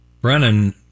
Brennan